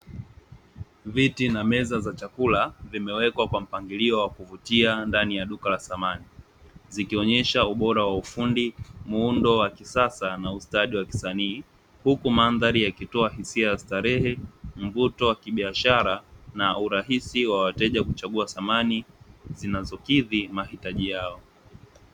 Viti na meza za chakula vimewekwa kwa mpangilio wa kuvutia ndani ya duka la samani, zikionyesha ubora wa samani, muundo wa kisasa na ustadi wa kisanii, huku mandhari yakitoa hisia ya starehe, mvuto wa kibiashara na urahisi wa wateja kuchagua samani zinazokidhi mahitaji yao.